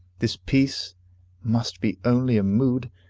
this peace must be only a mood,